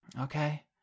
Okay